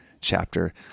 chapter